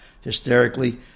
hysterically